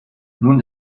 nun